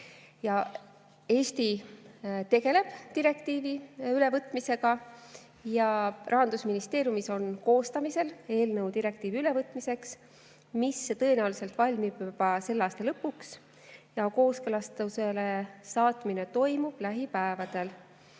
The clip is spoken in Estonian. Eesti tegeleb direktiivi ülevõtmisega. Rahandusministeeriumis on koostamisel eelnõu direktiivi ülevõtmiseks, mis tõenäoliselt valmib juba selle aasta lõpuks. Kooskõlastusele saatmine toimub lähipäevadel.